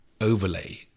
overlay